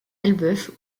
elbeuf